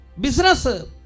Business